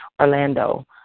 Orlando